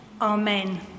Amen